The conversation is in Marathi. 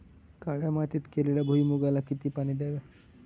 काळ्या मातीत केलेल्या भुईमूगाला किती पाणी द्यावे?